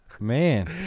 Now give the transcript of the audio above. Man